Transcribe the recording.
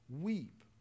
weep